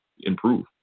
improve